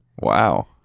wow